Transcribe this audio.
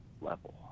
level